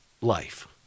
life